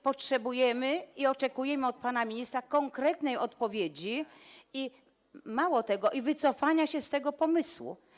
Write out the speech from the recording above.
Potrzebujemy i oczekujemy od pana ministra konkretnej odpowiedzi i, mało tego, wycofania się z tego pomysłu.